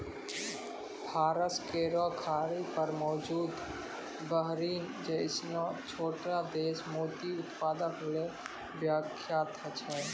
फारस केरो खाड़ी पर मौजूद बहरीन जैसनो छोटो देश मोती उत्पादन ल विख्यात छै